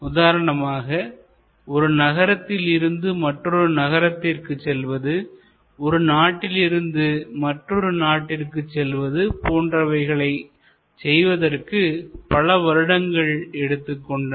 உதாரணமாக ஒரு நகரத்தில் இருந்து மற்றொரு நகரத்திற்கு செல்வது ஒரு நாட்டிலிருந்து மற்றொரு நாட்டிற்கு செல்வது போன்றவைககளை செய்வதற்கு பல வருடங்கள் எடுத்துக் கொண்டனர்